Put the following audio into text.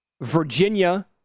Virginia